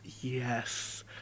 yes